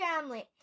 family